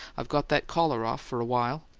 i've got that collar off for a while,